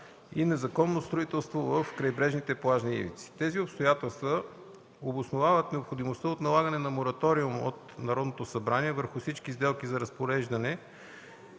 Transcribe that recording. на незаконно строителство в крайбрежните плажни ивици. Тези обстоятелства обосновават необходимостта от налагане на мораториум от Народното събрание върху всички сделки на разпореждане